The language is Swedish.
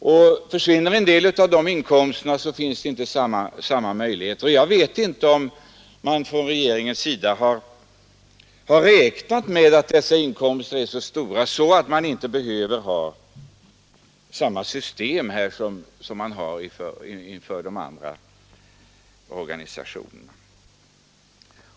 Försvinner en del av dessa inkomster finns inte samma möjligheter som tidigare. Jag vet inte om regeringen har räknat med att dessa inkomster är så stora att man inte behöver ha samma system här som man har för de andra organisationerna.